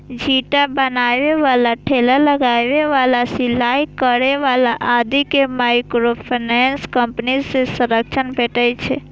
छिट्टा बनबै बला, ठेला लगबै बला, सिलाइ करै बला आदि कें माइक्रोफाइनेंस कंपनी सं ऋण भेटै छै